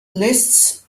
lists